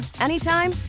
anytime